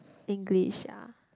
English ya